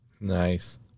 Nice